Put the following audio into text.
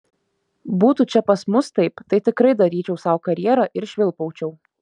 būtų čia pas mus taip tai tikrai daryčiau sau karjerą ir švilpaučiau